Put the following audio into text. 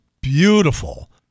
beautiful